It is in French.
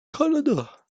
canada